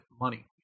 money